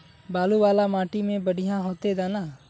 बालू वाला माटी में बढ़िया होते दाना?